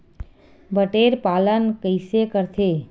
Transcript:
बटेर पालन कइसे करथे?